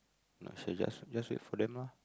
not sure just just wait for them lah